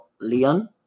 Leon